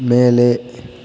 மேலே